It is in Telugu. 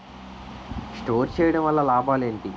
స్టోర్ చేయడం వల్ల లాభాలు ఏంటి?